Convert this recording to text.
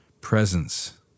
presence